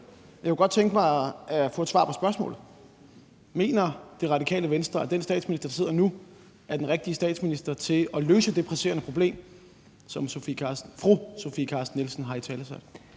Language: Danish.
jeg kunne godt tænke mig at få et svar på spørgsmålet. Mener Det Radikale Venstre, at den statsminister, der sidder nu, er den rigtige statsminister til at løse det presserende problem, som fru Sofie Carsten Nielsen har italesat?